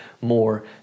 more